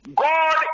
God